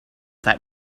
that